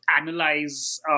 analyze